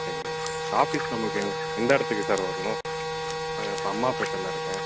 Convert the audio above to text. office நமக்கு எங்கே எந்த இடத்துக்கு சார் வரணும் நாங்கள் இப்போ அம்மாப்பேட்டையில் இருக்கேன்